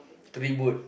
three boat